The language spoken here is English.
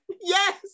yes